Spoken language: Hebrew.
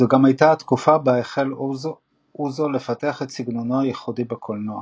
זו גם הייתה התקופה בה החל אוזו לפתח את סגנונו הייחודי בקולנוע.